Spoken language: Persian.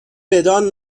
بدان